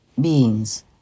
Beings